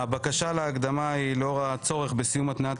הבקשה להקדמה היא לאור הצורך בסיום התנעת